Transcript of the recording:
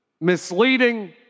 misleading